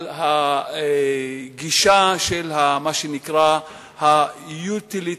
על הגישה של מה שנקרא ה"יוטיליטריאניזם"